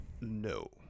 no